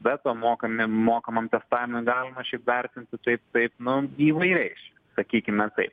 veto mokamiem mokamam testavimui galima šiaip vertinti taip taip nu įvairiai sakykime taip